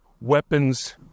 weapons